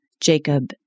Jacob